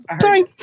sorry